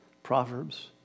Proverbs